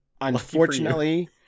Unfortunately